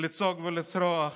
לצעוק ולצרוח.